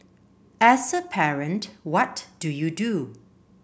as a parent what do you do